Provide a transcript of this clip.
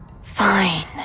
Fine